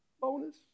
Bonus